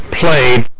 played